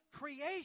creation